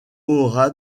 aura